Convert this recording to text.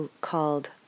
called